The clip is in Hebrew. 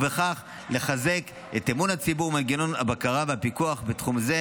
ובכך לחזק את אמון הציבור במנגנון הבקרה והפיקוח בתחום זה.